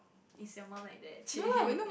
is your mum like that chey